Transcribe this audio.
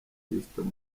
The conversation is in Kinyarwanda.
fiston